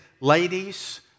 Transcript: ladies